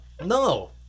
No